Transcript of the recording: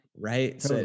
right